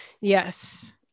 yes